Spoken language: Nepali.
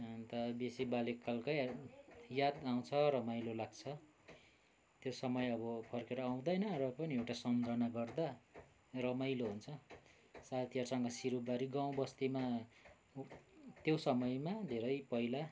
अन्त बेसी बाल्यकालकै याद आउँछ रमाइलो लाग्छ त्यो समय अब फर्केर आउँदैन र पनि एउटा सम्झना गर्दा रमाइलो हुन्छ साथीहरूसँग सिरुबारी गाउँबस्तीमा त्यो समयमा धेरै पहिला